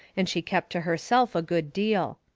and she kep' to herself a good deal.